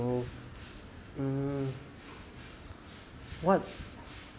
so um what